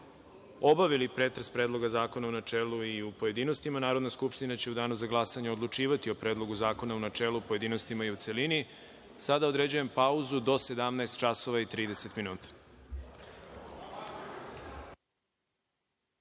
obavili pretres Predloga zakona u načelu i u pojedinostima, Narodna skupština će u Danu za glasanje odlučivati o Predlogu zakona u načelu, pojedinostima i u celini. Sada određujem pauzu do 17